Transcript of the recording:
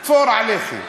"פור" עליכם.